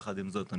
עם זאת,